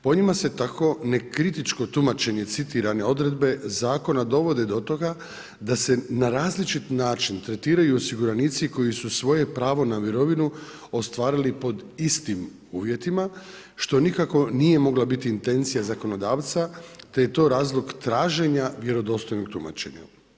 Po njima se tako ne kritičko tumačenje citirane odredbe zakona dovode do toga da se na različit način tretiraju osiguranici koji su svoje pravo na mirovinu ostvarili pod istim uvjetima što nikako nije mogla biti intencija zakonodavstva te je to razlog traženja vjerodostojnog tumačenja.